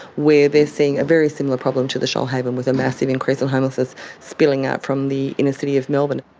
where they are seeing a very similar problem to the shoalhaven with a massive increase in homelessness spilling out from the inner city of melbourne.